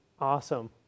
Awesome